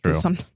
True